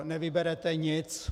Nevyberete nic.